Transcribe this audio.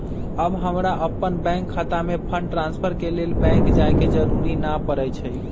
अब हमरा अप्पन बैंक खता में फंड ट्रांसफर के लेल बैंक जाय के जरूरी नऽ परै छइ